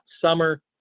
summer